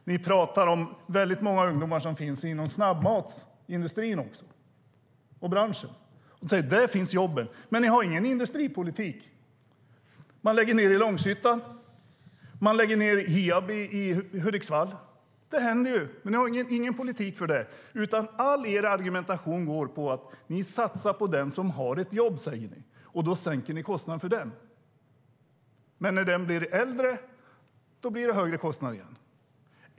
Ni pratar om väldigt många ungdomar som finns inom snabbmatsbranschen. Ni säger att jobben finns där. Men ni har ingen industripolitik. Man lägger ned i Långshyttan. Man lägger ned Hiab i Hudiksvall. Det händer! Men ni har ingen politik för detta, utan all er argumentation går ut på att ni satsar på den som har ett jobb, som ni säger. Då sänker ni kostnaderna för den personen. Men när den blir äldre blir det högre kostnader igen.